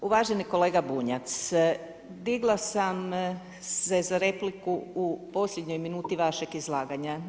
Uvaženi kolega Bunjac, digla sam se za repliku u posljednjoj minuti vašeg izlaganja.